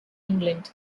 england